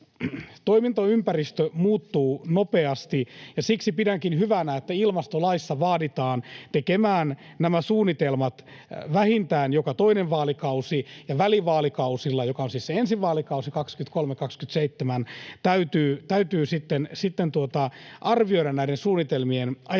Toimintaympäristö muuttuu nopeasti, ja siksi pidänkin hyvänä, että ilmastolaissa vaaditaan tekemään nämä suunnitelmat vähintään joka toinen vaalikausi ja välivaalikausilla, joka on siis se ensi vaalikausi 23—27, täytyy arvioida näiden suunnitelmien